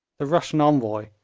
the russian envoy,